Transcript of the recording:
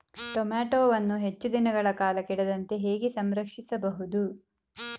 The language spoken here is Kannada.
ಟೋಮ್ಯಾಟೋವನ್ನು ಹೆಚ್ಚು ದಿನಗಳ ಕಾಲ ಕೆಡದಂತೆ ಹೇಗೆ ಸಂರಕ್ಷಿಸಬಹುದು?